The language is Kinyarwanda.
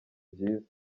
byiza